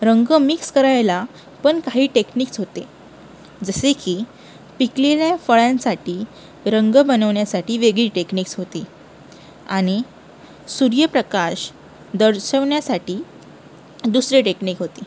रंग मिक्स करायला पण काही टेक्निक्स होते जसे की पिकलेल्या फळांसाठी रंग बनवण्यासाठी वेगळी टेक्निक्स होती आणि सूर्यप्रकाश दर्शवण्यासाठी दुसरी टेक्निक होती